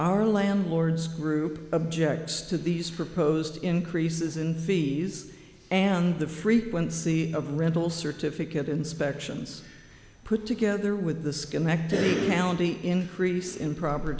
our landlord's group objects to these proposed increases in fees and the frequency of rental certificate inspections put together with the schenectady county increase in proper